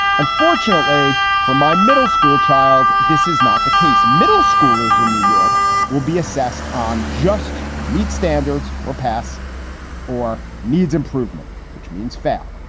unfortunately for my middle school child, this is not the case. middle schoolers in new york will be assessed on just meet standards or pass or needs improvement, which means fail.